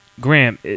Graham